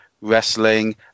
wrestling